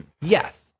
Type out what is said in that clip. Yes